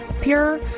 pure